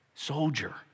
Soldier